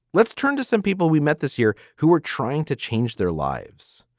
let's turn to some people we met this year who were trying to change their lives